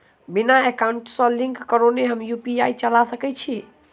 बिना एकाउंट सँ लिंक करौने हम यु.पी.आई चला सकैत छी?